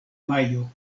majo